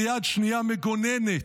ויד שנייה מגוננת,